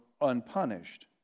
unpunished